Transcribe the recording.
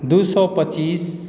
दू सए पच्चीस